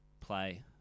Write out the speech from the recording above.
play